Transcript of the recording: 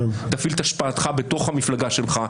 תפעיל את השפעתך בתוך המפלגה שלך.